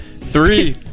Three